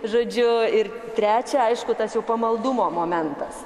žodžiu ir trečia aišku tas jau pamaldumo momentas